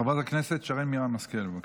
חברת הכנסת שרן מרים השכל, בבקשה.